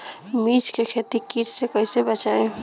मिर्च के खेती कीट से कइसे बचाई?